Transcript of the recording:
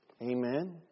Amen